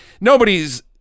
nobody's